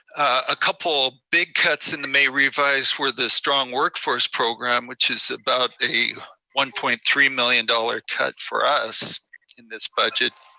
a couple big cuts in the may revise were the strong workforce program, which is about a one point three million dollars cut for us in this budget.